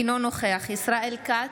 אינו נוכח ישראל כץ,